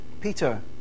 Peter